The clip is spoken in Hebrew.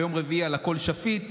ביום רביעי על הכול שפיט,